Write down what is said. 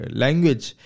language